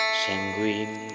sanguine